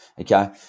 okay